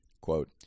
quote